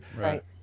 Right